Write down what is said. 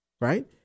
Right